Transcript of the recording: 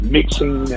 Mixing